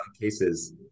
cases